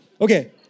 Okay